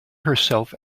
herself